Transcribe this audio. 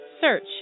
Search